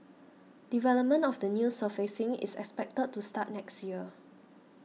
development of the new surfacing is expected to start next year